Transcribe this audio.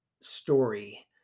story